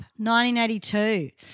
1982